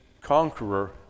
conqueror